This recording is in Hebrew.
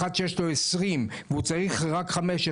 אחד שיש לו עשרים והוא צריך רק חמישה,